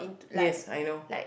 yes I know